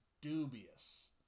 dubious